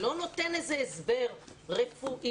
לא נותן איזה הסבר רפואי,